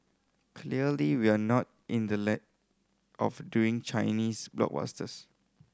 clearly we're not in the of doing Chinese blockbusters